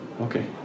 okay